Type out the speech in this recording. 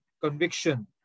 conviction